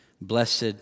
Blessed